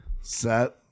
set